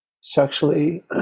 sexually